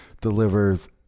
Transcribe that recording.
delivers